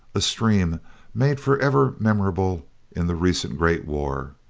a stream made forever memorable in the recent great war.